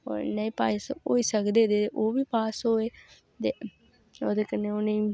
नेईं पास होई सकदे हे ते ओह्बी पास होए ते ओह्दे कन्नै उ'नेंगी